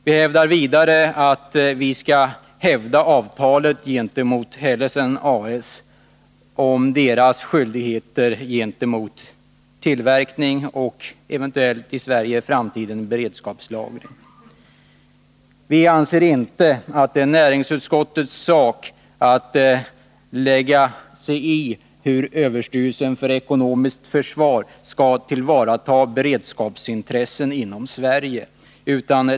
Vidare framhåller vi att vi skall hävda avtalet gentemot A/S Hellesens när det gäller företagets skyldigheter i fråga om tillverkning och eventuell framtida beredskapslagring i Sverige. Vi anser inte att det är näringsutskottets sak att lägga sig i hur överstyrelsen för ekonomiskt försvar skall tillvarata beredskapsintressen inom Sverige.